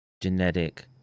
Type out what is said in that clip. genetic